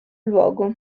luogo